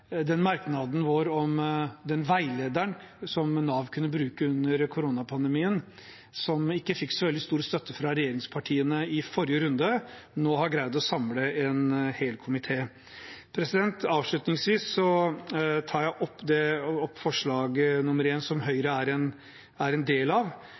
merknaden vår om den veilederen som Nav kunne bruke under koronapandemien, som ikke fikk så veldig stor støtte fra regjeringspartiene i forrige runde, nå har greid å samle en hel komité. Avslutningsvis tar jeg opp forslag nr. 1, som Høyre er en del av.